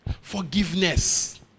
forgiveness